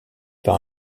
par